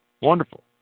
Wonderful